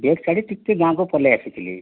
bag ଛାଡି ଟିକିଏ ଗାଁକୁ ପଳାଇଆସିଥିଲି